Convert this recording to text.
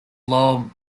law